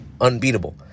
Unbeatable